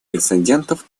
инцидентов